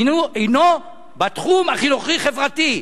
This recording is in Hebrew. הינו בתחום החינוכי-חברתי.